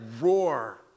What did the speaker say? roar